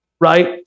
right